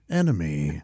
enemy